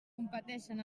competeixen